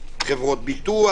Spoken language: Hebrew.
חברות ביטוח.